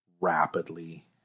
rapidly